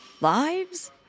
Lives